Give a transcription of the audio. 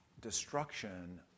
destruction